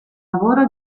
lavoro